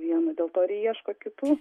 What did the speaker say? vieną dėl to ir ieško kitų